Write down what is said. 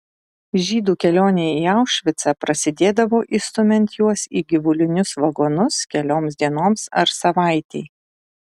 žydų kelionė į aušvicą prasidėdavo įstumiant juos į gyvulinius vagonus kelioms dienoms ar savaitei